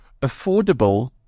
affordable